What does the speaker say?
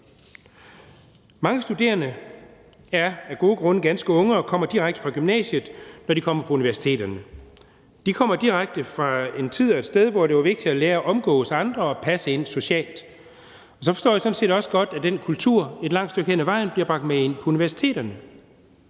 Mange studerende er af gode grunde ganske unge og kommer direkte fra gymnasiet, når de kommer på universiteterne. De kommer direkte fra en tid og et sted, hvor det var vigtigt at lære at omgås andre og passe ind socialt, og så forstår jeg sådan set også godt, at den kultur et langt stykke hen ad vejen bliver bragt med ind på universiteterne.